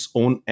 own